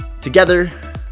Together